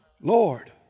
Lord